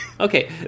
Okay